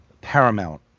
paramount